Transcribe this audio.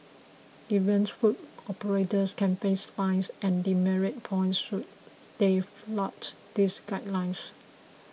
errant food operators can face fines and demerit points should they flout these guidelines